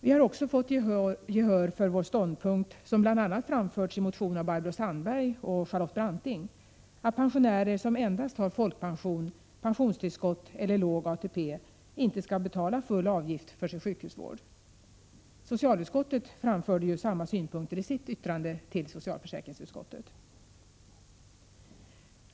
Vi har också fått gehör för vår ståndpunkt, som bl.a. framförts i en motion av Barbro Sandberg och Charlotte Branting, att pensionärer som endast har folkpension, pensionstillskott eller låg ATP inte skall betala full avgift för sin sjukhusvård. Socialutskottet framförde ju samma synpunkter i sitt yttrande till socialförsäkringsutskottet.